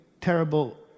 terrible